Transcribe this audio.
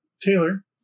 Taylor